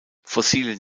fossilien